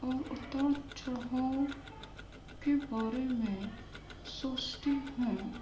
اور اتار چڑھاؤ کے بارے میں سوچتی ہوں